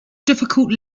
difficult